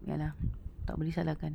ya lah tak boleh salahkan